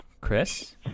Chris